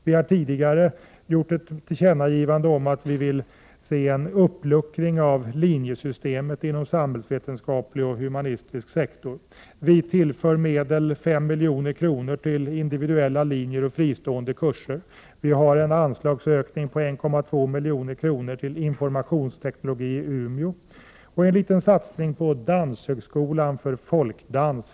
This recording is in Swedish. Vi har tidigare gjort ett tillkännagivande om att vi vill se en uppluckring av linjesystemet inom samhällsvetenskaplig och humanistisk sektor. Vi tillför 5 milj.kr. till individuella linjer och fristående kurser. Vi föreslår en anslagsökning på 1,2 milj.kr. till informationsteknologi i Umeå. Vi gör också en liten satsning på Danshögskolan för folkdans.